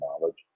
knowledge